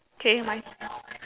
okay my